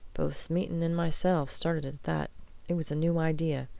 both smeaton and myself started at that it was a new idea.